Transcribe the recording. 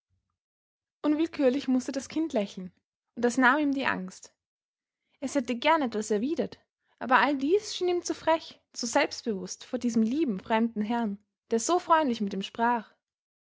unwillkürlich mußte das kind lächeln und das nahm ihm die angst es hätte gern etwas erwidert aber all dies schien ihm zu frech zu selbstbewußt vor diesem lieben fremden herrn der so freundlich mit ihm sprach